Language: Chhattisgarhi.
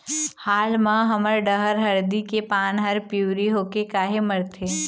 हाल मा हमर डहर हरदी के पान हर पिवरी होके काहे मरथे?